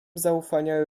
zaufania